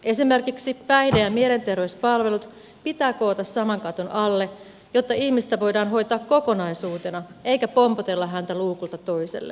esimerkiksi päihde ja mielenterveyspalvelut pitää koota saman katon alle jotta ihmistä voidaan hoitaa kokonaisuutena eikä pompotella häntä luukulta toiselle